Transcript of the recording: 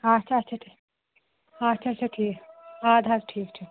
آچھا اَچھا ٹھیٖک اَچھا اَچھا ٹھیٖک اَدٕ حظ ٹھیٖک چھُ